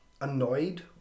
annoyed